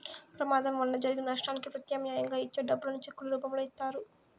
ప్రమాదం వలన జరిగిన నష్టానికి ప్రత్యామ్నాయంగా ఇచ్చే డబ్బులను చెక్కుల రూపంలో ఇత్తారు